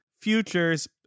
futures